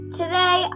today